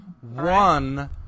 one